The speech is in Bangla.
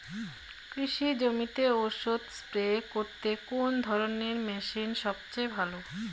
কৃষি জমিতে ওষুধ স্প্রে করতে কোন ধরণের মেশিন সবচেয়ে ভালো?